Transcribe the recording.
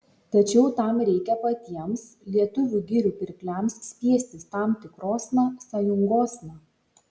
tačiau tam reikia patiems lietuvių girių pirkliams spiestis tam tikrosna sąjungosna